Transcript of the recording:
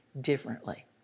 differently